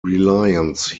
reliance